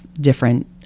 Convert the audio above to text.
different